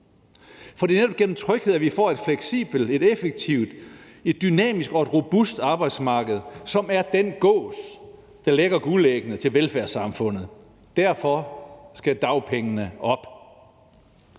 For det er netop gennem tryghed, at vi får et fleksibelt, et effektivt, et dynamisk og et robust arbejdsmarked, som er den gås, der lægger guldæggene til velfærdssamfundet. Derfor skal dagpengene op.